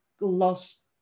lost